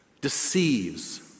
deceives